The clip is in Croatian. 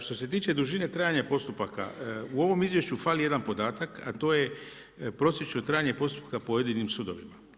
Što se tiče dužine trajanja postupaka, u ovom izvješću fali jedan podatak, a to je prosječno trajanje postupka pojedinim sudovima.